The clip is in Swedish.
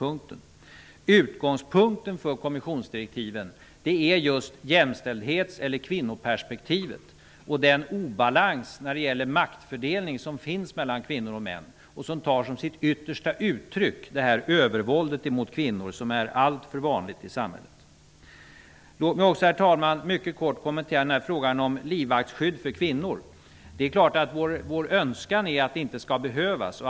Utgångspunkten för kommissionsdirektiven är jämställdhets eller kvinnoperspektivet och den obalans när det gäller maktfördelning som finns mellan kvinnor och män, vilket som sitt yttersta uttryck tar detta övervåld mot kvinnor som är alltför vanligt i samhället. Herr talman! Låt mig också mycket kort kommentera frågan om livvaktsskydd för kvinnor. Det är klart att vår önskan är att det inte skall behövas livvakter.